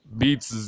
beats